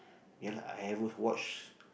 ya lah I have watch